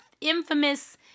infamous